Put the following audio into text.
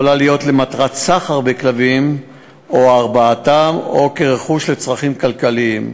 יכולה להיות למטרת סחר בכלבים או הרבעתם או כרכוש לצרכים כלכליים,